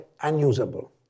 unusable